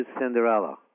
Cinderella